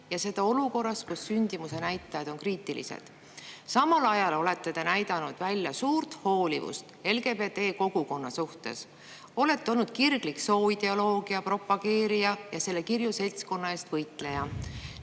ja seda olukorras, kus sündimusnäitajad on kriitilised. Samal ajal olete näidanud välja suurt hoolivust LGBT-kogukonna suhtes, olete olnud kirglik sooideoloogia propageerija ja selle kirju seltskonna eest võitleja.